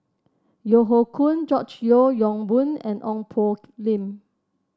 Yeo Hoe Koon George Yeo Yong Boon and Ong Poh Lim